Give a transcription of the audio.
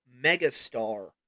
megastar